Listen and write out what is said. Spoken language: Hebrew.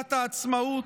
במגילת העצמאות?